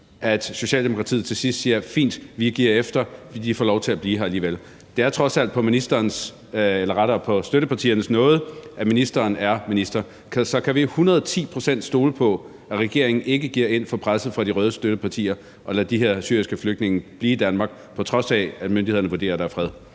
at Socialdemokratiet til sidst siger: Fint, vi giver efter, de får lov til at blive her alligevel. Det er trods alt på støttepartiernes nåde, ministeren er minister. Så kan vi stole 110 pct. på, at regeringen ikke giver efter for presset fra de røde støttepartier og lader de her syriske flygtninge blive i Danmark, på trods af at myndighederne vurderer, at der er fred?